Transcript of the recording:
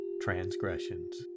transgressions